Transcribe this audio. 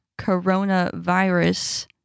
coronavirus